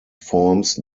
forms